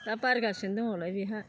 दा बारगासिनो दङलाय बेहा